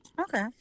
okay